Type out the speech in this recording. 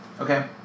okay